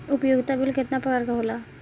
उपयोगिता बिल केतना प्रकार के होला?